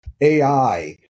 AI